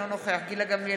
אינו נוכח גילה גמליאל,